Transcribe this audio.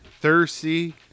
Thirsty